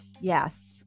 Yes